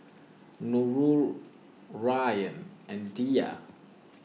Nurul Ryan and Dhia